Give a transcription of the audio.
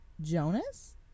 Jonas